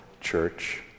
church